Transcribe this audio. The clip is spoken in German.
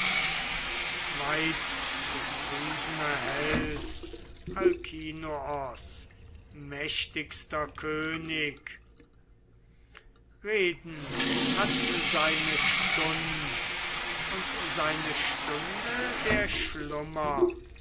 odysseus weitgepriesener held alkinoos mächtigster könig reden hat seine stund und seine stunde der schlummer